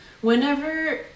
whenever